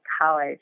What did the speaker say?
college